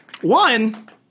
One